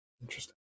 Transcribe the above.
Interesting